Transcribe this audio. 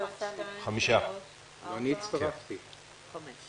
רוב הסתייגות לחלופין 2א' של קבוצת הרשימה המשותפת וקבוצת מרצ לסעיף 1